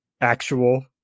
actual